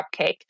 cupcake